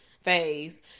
phase